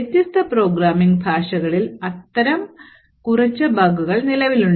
വ്യത്യസ്ത പ്രോഗ്രാമിംഗ് ഭാഷകളിൽ അത്തരം കുറച്ച് ബഗുകൾ നിലവിലുണ്ട്